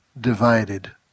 divided